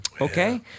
okay